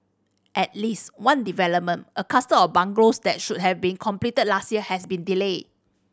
at least one development a cluster of bungalows that should have been completed last year has been delayed